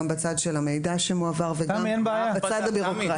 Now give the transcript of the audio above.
גם בצד של המידע שמועבר וגם בצד הבירוקרטי.